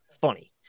funny